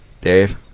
Dave